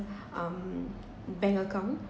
um bank account